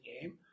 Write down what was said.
game